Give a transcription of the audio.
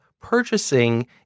purchasing